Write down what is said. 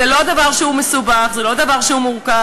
זה לא דבר מסובך, זה לא דבר מורכב.